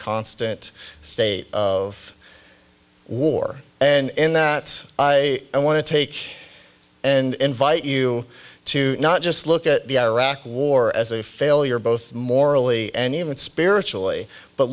constant state of war and that i want to take and invite you to not just look at the iraq war as a failure both morally and even spiritually but